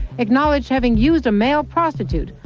acknowledged having used a male prostitute,